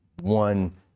one